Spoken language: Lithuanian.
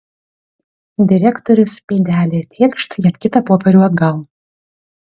direktorius pėdelė tėkšt jam kitą popierių atgal